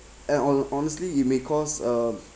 and hon~ honestly you may cause uh